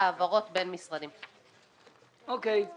פניות מספר 363 עד 364. אגף התקציבים.